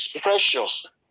precious